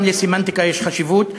גם לסמנטיקה יש חשיבות.